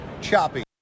Choppy